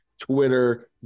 twitter